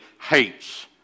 hates